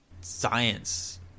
Science